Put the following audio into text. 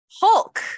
Hulk